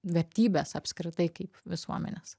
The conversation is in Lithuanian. vertybės apskritai kaip visuomenės